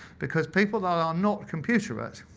because people that are not computerate